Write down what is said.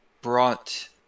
brought